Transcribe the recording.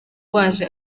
waje